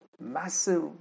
massive